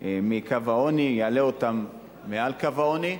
מקו העוני, יעלה אותן מעל קו העוני,